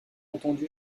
entendu